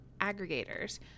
aggregators